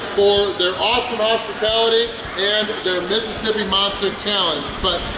for their awesome hospitality and their mississippi monster challenge. but,